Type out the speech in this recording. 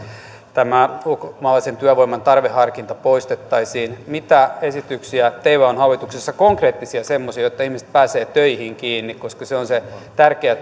ulkomaalaisen työvoiman tarveharkinta poistettaisiin mitä esityksiä teillä on hallituksessa konkreettisia semmoisia jotta ihmiset pääsevät töihin kiinni se on se tärkeä